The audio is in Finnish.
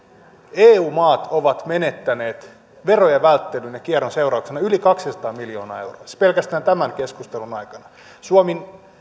eu maat ovat menettäneet verojen välttelyn ja kierron seurauksena yli kaksisataa miljoonaa euroa siis pelkästään tämän keskustelun aikana suomi